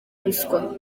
ruswa